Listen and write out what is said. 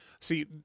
See